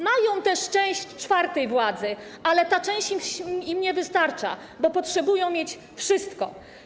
Mają też część czwartej władzy, ale ta część im nie wystarcza, bo potrzebują mieć wszystko.